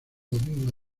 domingo